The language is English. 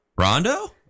Rondo